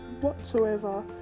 whatsoever